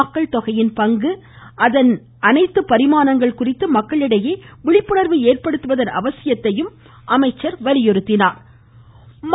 மக்கள் தொகையின் பங்கு அதன் அனைத்து பரிமாணங்கள் குறித்து மக்களிடையே விழிப்புணர்வு ஏற்படுத்துவதன் அவசியத்தையும் வலியுறுத்தினார்